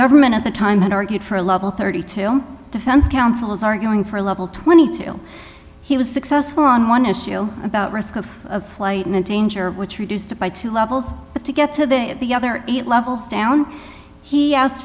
government at the time had argued for a level thirty two defense counsel is arguing for a level twenty two he was successful on one issue about risk of flight and danger which reduced it by two levels but to get to that the other eight levels down he asked